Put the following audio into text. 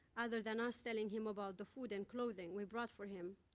other than us telling him about the food and clothing we brought for him,